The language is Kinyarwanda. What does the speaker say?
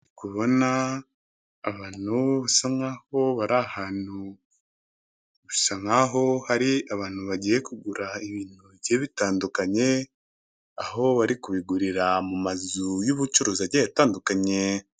Kubona abantu basa nkaho bari ahantu bisa nk'aho hari abantu bagiye kugura ibintu bijye bitandukanye, aho bari kubigurira mu mazu y'ubucuruzi agiye atandukanye.